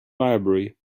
library